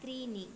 त्रीणि